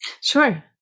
Sure